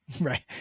Right